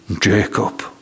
Jacob